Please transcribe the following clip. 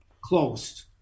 closed